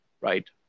right